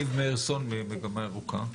ניר מאירסון ממגמה ירוקה.